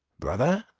brother,